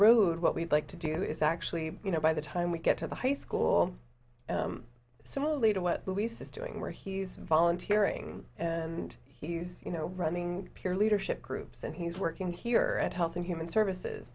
road what we'd like to do is actually you know by the time we get to the high school similarly to what luis is to ing where he's volunteering and he's you know running peer leadership groups and he's working here at health and human services